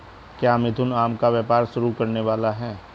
क्या मिथुन आम का व्यापार शुरू करने वाला है?